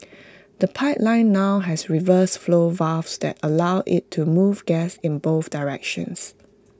the pipeline now has reverse flow valves that allow IT to move gas in both directions